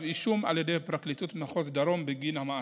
אישום על ידי פרקליטות מחוז דרום בגין המעשה.